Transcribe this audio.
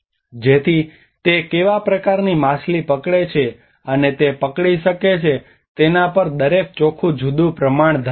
જેથી તે કેવા પ્રકારની માછલી પકડે છે અને તે પકડી શકે છે તેના પર દરેક ચોખ્ખું જુદું પ્રમાણ ધરાવે છે